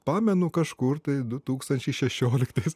pamenu kažkur tai du tūkstančiai šešioliktais